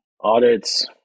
audits